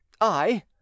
I